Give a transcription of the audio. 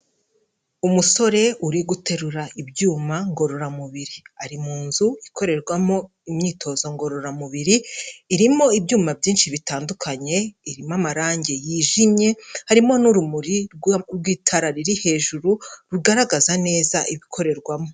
Umusore uri guterura ibyuma ngororamubiri, ari mu nzu ikorerwamo imyitozo ngororamubiri, irimo ibyuma byinshi bitandukanye, irimo amarangi yijimye, harimo n'urumuri rw'itara riri hejuru rugaragaza neza ibikorerwamo.